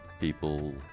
People